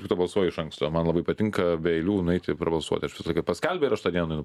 tarp kitko balsuoju iš anksto man labai patinka be eilių nueiti prabalsuot aš visą laiką paskelbė ir aš tą dieną einu